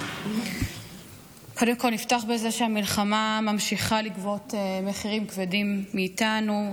קודם כול נפתח בזה שהמלחמה ממשיכה לגבות מחירים כבדים מאיתנו,